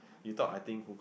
you thought I think